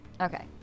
okay